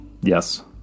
Yes